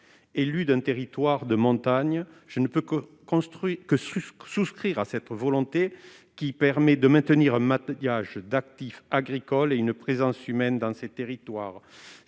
Élu d'un territoire de montagne, je ne peux que souscrire à cette volonté, qui permet de maintenir un maillage d'actifs agricoles et une présence humaine dans ces territoires.